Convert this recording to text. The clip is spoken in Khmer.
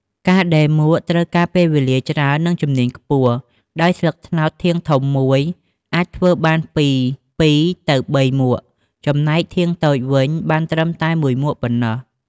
ការដេរមួកត្រូវការពេលវេលាច្រើន និងជំនាញខ្ពស់ ដោយស្លឹកត្នោតធាងធំមួយអាចធ្វើបានពី២ ទៅ ៣ មួក ចំណែកធាងតូចវិញបានត្រឹមតែ១ មួកប៉ុណ្ណោះ។